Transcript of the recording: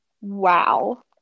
Wow